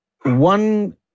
one